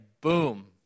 boom